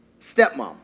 stepmom